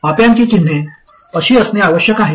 op अँपची चिन्हे अशी असणे आवश्यक आहे